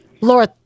Laura